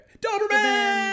Doberman